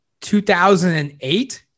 2008